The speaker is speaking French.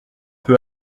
peu